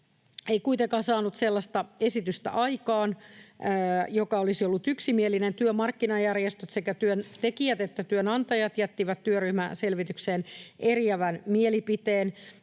ei kuitenkaan saanut sellaista esitystä aikaan, joka olisi ollut yksimielinen. Työmarkkinajärjestöt, sekä työntekijät että työnantajat, jättivät työryhmäselvitykseen eriävän mielipiteen,